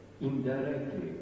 indirectly